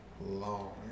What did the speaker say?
Long